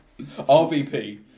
RVP